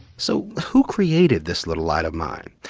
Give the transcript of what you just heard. so who created this little light of mine?